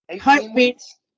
Heartbeats